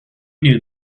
knew